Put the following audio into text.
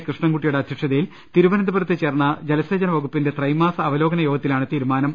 കൃഷ്ണൻകുട്ടിയുടെ അധ്യക്ഷതയിൽ തിരുവനന്തപുരത്ത് ചേർന്ന ജലസേചന വകുപ്പിന്റെ ത്രൈമാസ അവലോകന യോഗത്തി ലാണ് തീരുമാനം